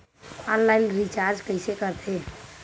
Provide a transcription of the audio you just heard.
Online recharge कइसे करथे?